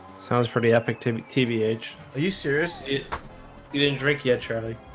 sounds pretty epic to me. tbh. are you serious it you didn't drink yet charlie